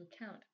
account